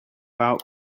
around